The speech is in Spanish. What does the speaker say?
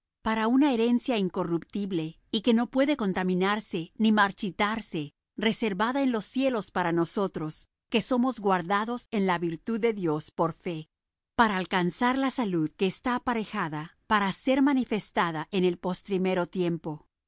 para una herencia incorruptible y que no puede contaminarse ni marchitarse reservada en los cielos para nosotros que somos guardados en la virtud de dios por fe para alcanzar la salud que está aparejada para ser manifestada en el postrimero tiempo